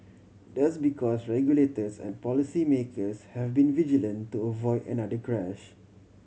that's because regulators and policy makers have been vigilant to avoid another crash